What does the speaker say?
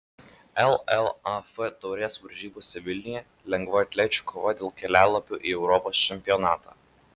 llaf taurės varžybose vilniuje lengvaatlečių kova dėl kelialapių į europos čempionatą